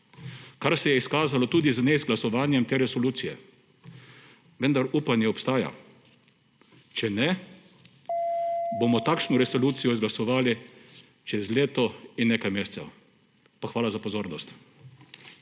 kar se je izkazalo tudi z neizglasovanjem te resolucije, vendar upanje obstaja. Če ne, bomo takšno resolucijo izglasovali čez leto in nekaj mesecev. Pa hvala za pozornost.